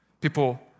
people